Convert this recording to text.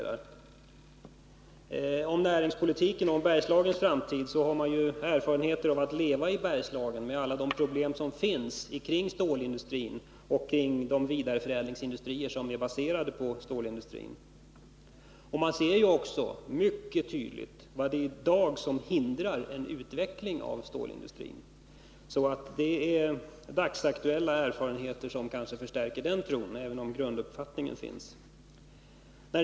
Erfarenhet från näringspolitik och hur den har förts i framför allt Bergslagen har jag fått genom att ha levt där och tagit del av alla problem som finns kring stålindustrin och de vidareförädlingsindustrier som är baserade på stålindustrin. Man ser också mycket tydligt vad som i dag hindrar en utveckling av stålindustrin. Det är alltså dagsaktuella erfarenheter som förstärker den tron, även om grunduppfattningen finns sedan tidigare.